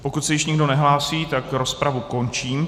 Pokud se již nikdo nehlásí, tak rozpravu končím.